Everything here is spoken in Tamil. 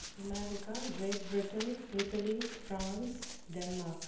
America Great Britain idli France Denmark